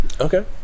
Okay